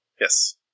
yes